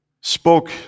spoke